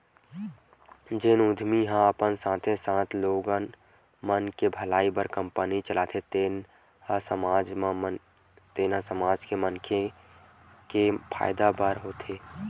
जेन उद्यमी ह अपन साथे साथे लोगन मन के भलई बर कंपनी चलाथे तेन ह समाज के मनखे के फायदा बर होथे